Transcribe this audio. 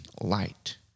light